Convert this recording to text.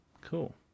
Cool